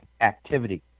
activity